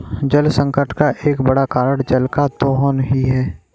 जलसंकट का एक बड़ा कारण जल का दोहन ही है